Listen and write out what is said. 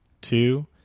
two